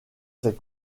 ces